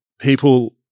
People